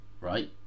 right